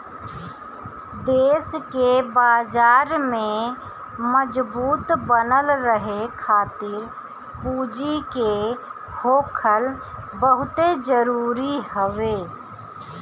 देस के बाजार में मजबूत बनल रहे खातिर पूंजी के होखल बहुते जरुरी हवे